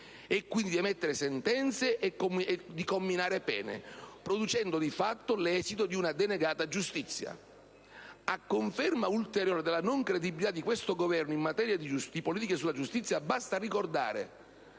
e quindi di emettere sentenze e di comminare pene, producendo di fatto l'esito di una denegata giustizia. A conferma ulteriore della non credibilità di questo Governo in materia di politiche sulla giustizia, basta ricordare